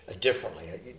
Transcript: differently